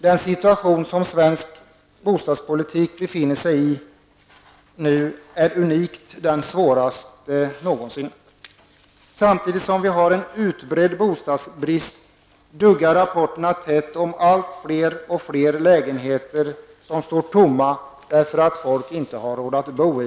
Den situation som svensk bostadspolitik nu befinner sig i är den unikt svåraste som vi någonsin har upplevt. Samtidigt som vi har en utbredd bostadsbrist duggar rapporterna tätt om att det blir allt fler lägenheter som står tomma, därför att folk inte har råd att bo.